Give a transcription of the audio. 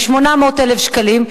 ו-800,000 שקלים,